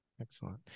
Excellent